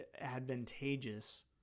advantageous